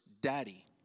Daddy